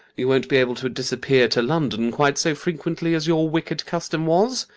you won't be able to disappear to london quite so frequently as your wicked custom was.